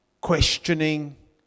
questioning